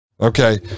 okay